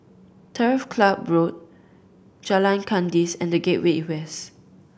Turf Club Road Jalan Kandis and The Gateway West